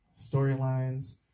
storylines